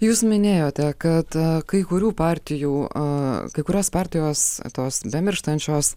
jūs minėjote kad kai kurių partijų a kai kurios partijos tos bemirštančios